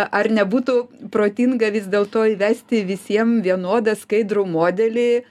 ar nebūtų protinga vis dėlto įvesti visiem vienodą skaidrų modelį